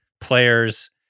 players